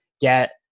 get